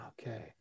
Okay